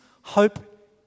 hope